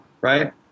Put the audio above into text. right